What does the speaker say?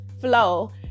flow